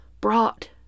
brought